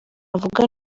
avuga